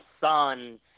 son